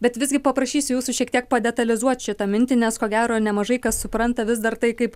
bet visgi paprašysiu jūsų šiek tiek padetalizuot šitą mintį nes ko gero nemažai kas supranta vis dar tai kaip